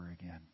again